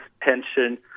pension